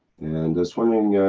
and just wondering,